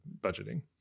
budgeting